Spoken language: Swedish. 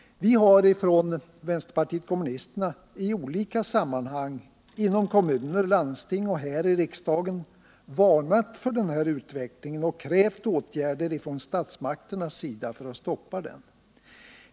Vänsterpartiet kommunisterna har i olika sammanhang — inom kommuner, landsting och här i riksdagen — varnat för den här utvecklingen och krävt åtgärder av statsmakterna för att stoppa den.